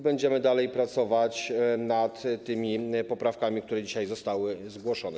Będziemy dalej pracować nad tymi poprawkami, które dzisiaj zostały zgłoszone.